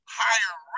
higher